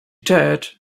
church